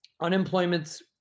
unemployment's